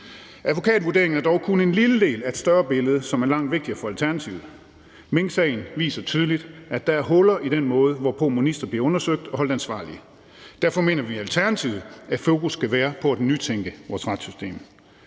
Advokatvurderingen er dog kun en lille del af et større billede, som er langt vigtigere for Alternativet. Minksagen viser tydeligt, at der er huller i den måde, hvorpå ministre bliver undersøgt og holdt ansvarlige. Derfor mener vi i Alternativet, at fokus skal være på at nytænke vores retssystem.